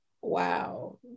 wow